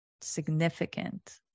significant